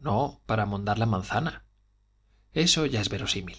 no para mondar la manzana eso ya es inverosímil